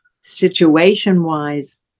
situation-wise